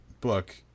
book